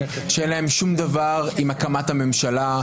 שאין להם שום דבר עם הקמת הממשלה,